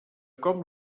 com